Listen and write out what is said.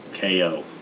KO